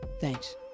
Thanks